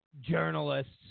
journalists